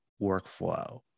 workflow